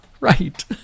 right